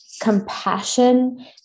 compassion